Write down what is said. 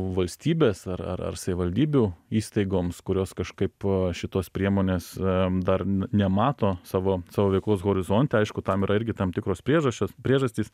valstybės ar ar ar savivaldybių įstaigoms kurios kažkaip šitos priemonės am dar n nemato savo savo veiklos horizonte aišku tam yra irgi tam tikros priežasčios priežastys